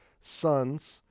sons